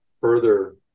further